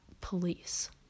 police